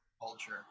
culture